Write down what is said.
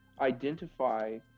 identify